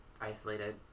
isolated